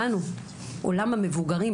עולם המבוגרים,